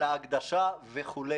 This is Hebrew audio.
על ההקדשה וכו'.